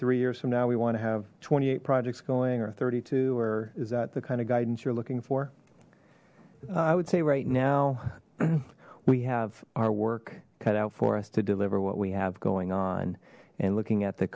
three years from now we want to have twenty eight projects going or thirty two or is that the kind of guidance you're looking for i would say right now we have our work cut out for us to deliver what we have going on and looking at the